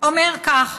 אומר כך,